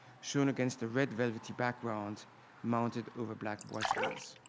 shown against the red velvety background mounted over black boiseries.